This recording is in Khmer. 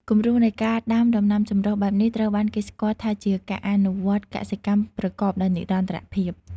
គំរូនៃការដាំដំណាំចម្រុះបែបនេះ ត្រូវបានគេស្គាល់ថាជាការអនុវត្តកសិកម្មប្រកបដោយនិរន្តរភាព។